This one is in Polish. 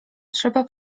trzeba